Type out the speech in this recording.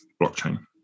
blockchain